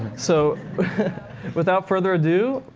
so without further ado,